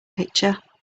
picture